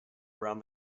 around